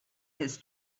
his